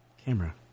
Camera